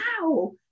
Wow